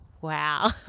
wow